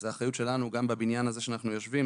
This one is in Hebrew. וזו האחריות שלנו גם בבניין הזה שאנחנו יושבים בו,